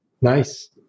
Nice